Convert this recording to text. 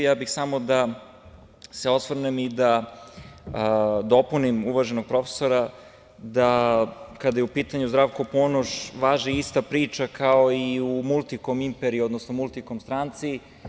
Samo bih da se osvrnem i da dopunim uvaženog profesora da kada je u pitanju Zdravko Ponoš važi ista priča kao i u multikom imperiji, odnosno multikom stranci.